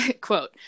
quote